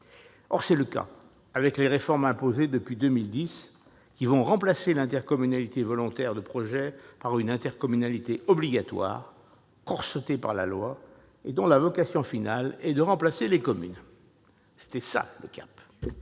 Or c'est le cas avec les réformes imposées depuis 2010, qui vont remplacer l'intercommunalité volontaire de projet par une intercommunalité obligatoire, corsetée par la loi, et dont la vocation finale est de remplacer les communes. Voilà le cap